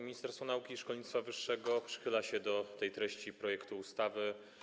Ministerstwo Nauki i Szkolnictwa Wyższego przychyla się do tej treści projektu ustawy.